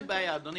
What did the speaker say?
אדוני,